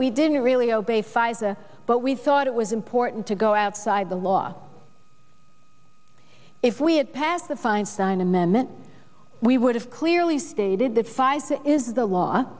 we didn't really obey pfizer but we thought it was important to go outside the law if we had passed the feinstein amendment we would have clearly stated that five is the law